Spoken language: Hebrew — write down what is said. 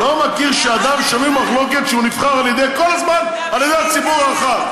אני לא מכיר אדם שנוי במחלוקת שנבחר כל הזמן על ידי הציבור הרחב.